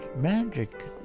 magic